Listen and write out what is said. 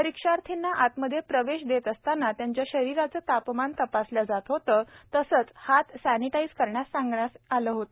परीक्षार्थीना आतमध्ये प्रवेश देत असताना त्यांच्या शरीराचे तापमान तपासल्या जात होते तसेच हात सनिटईज करण्यास सांगितले जात होते